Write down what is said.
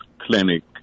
Clinic